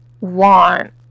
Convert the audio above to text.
want